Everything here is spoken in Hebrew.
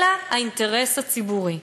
אלא האינטרס הציבורי.